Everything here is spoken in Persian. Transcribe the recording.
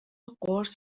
قرص